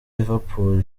liverpool